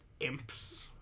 imps